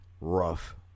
rough